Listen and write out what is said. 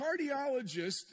cardiologist